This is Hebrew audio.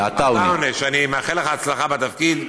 ואני מאחל לך הצלחה בתפקיד.